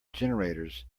generators